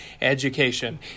education